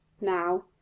Now